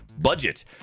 budget